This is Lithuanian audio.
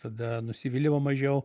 tada nusivylimo mažiau